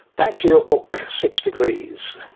back to your book, six degrees,